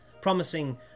promising